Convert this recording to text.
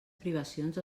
privacions